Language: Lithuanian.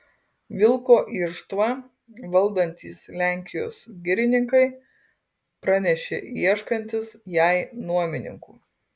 vilko irštvą valdantys lenkijos girininkai pranešė ieškantys jai nuomininkų